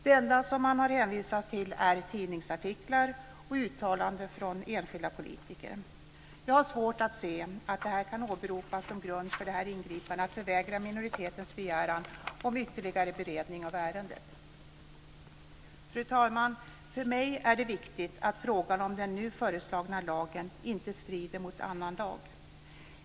Det enda som man har hänvisat till är tidningsartiklar och uttalanden från enskilda politiker. Jag har svårt att se att detta kan åberopas som grund för detta ingripande, att förvägra minoriteten dess begäran om ytterligare beredning av ärendet. Fru talman! För mig är det viktigt att den nu föreslagna lagen inte strider mot annan lag.